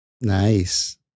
Nice